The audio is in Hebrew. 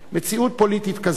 מציאות פוליטית כזאת